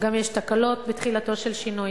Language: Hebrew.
וגם יש תקלות בתחילתו של שינוי.